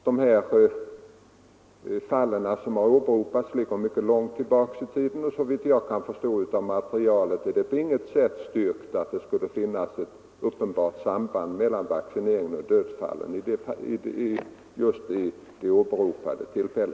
De fall som har åberopats har inträffat långt tillbaka i tiden, och såvitt jag kan förstå av materialet är det på inget sätt styrkt att det skulle finnas ett uppenbart samband mellan vaccineringen och ifrågavarande dödsfall.